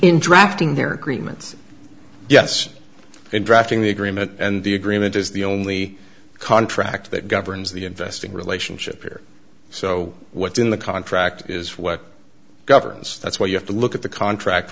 in drafting their treatments yes in drafting the agreement and the agreement is the only contract that governs the investing relationship here so what's in the contract is what governs that's what you have to look at the contract